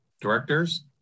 Directors